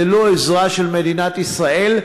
ללא עזרה של מדינת ישראל.